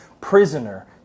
prisoner